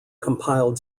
compiled